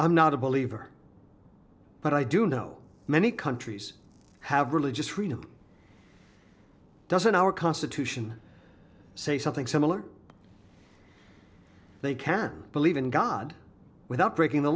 i'm not a believer but i do know many countries have religious freedom doesn't our constitution say something similar they can believe in god without breaking the